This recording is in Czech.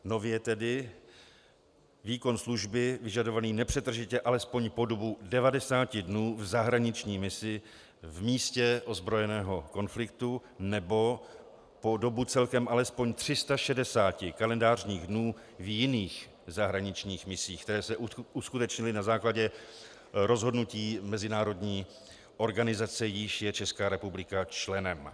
Nově tedy výkon služby vyžadovaný nepřetržitě alespoň po dobu 90 dnů v zahraniční misi v místě ozbrojeného konfliktu nebo po dobu celkem alespoň 360 kalendářních dnů v jiných zahraničních misích, které se uskutečnily na základě rozhodnutí mezinárodní organizace, jíž je Česká republika členem.